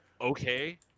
okay